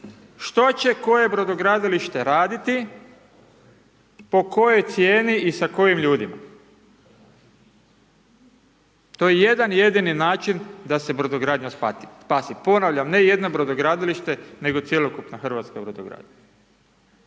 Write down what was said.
što će koje brodogradilište raditi, po kojoj cijeni i sa kojim ljudima. To je jedan jedini način da se brodogradnja spasi, ponavljam ne jedno brodogradilište, nego cjelokupna hrvatska brodogradnja.